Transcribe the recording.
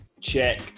Check